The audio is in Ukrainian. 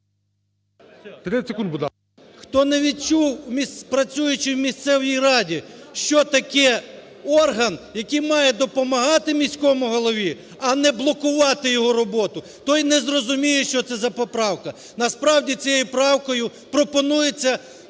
Хто не відчув, працюючи в місцевій раді, що таке орган, який має допомагати міському голові, а не блокувати його роботу, той не зрозуміє, що це за поправка. Насправді, цією правкою пропонується,